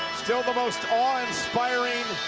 still the most awe-inspiring,